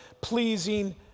pleasing